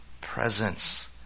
presence